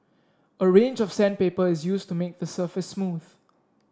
a range of sandpaper is used to make the surface smooth